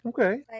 okay